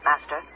master